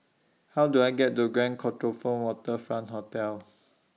How Do I get to Grand Copthorne Waterfront Hotel